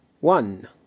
One